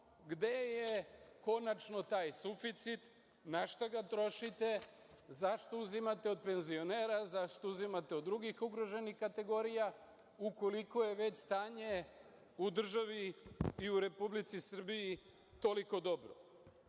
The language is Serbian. gde je konačno taj suficit na šta ga trošite, zašto uzimate od penzionera, zašto uzimate od drugih ugroženih kategorija ukoliko je već stanje u državi i Republici Srbiji toliko dobro?